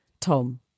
Tom